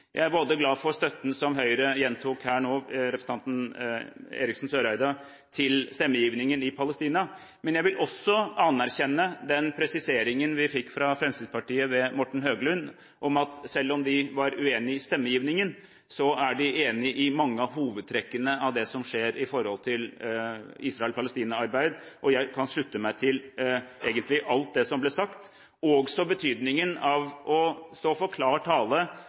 Jeg er både glad for støtten, som Høyre nå gjentok ved representanten Eriksen Søreide, til stemmegivningen for Palestina, og jeg vil anerkjenne den presiseringen vi fikk fra Fremskrittspartiet ved Morten Høglund, om at selv om de var uenige i stemmegivningen, er de enige i mange av hovedtrekkene av det som skjer når det gjelder Israel–Palestina-arbeid. Jeg kan egentlig slutte meg til alt som ble sagt, også betydningen av å stå for klar tale